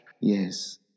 Yes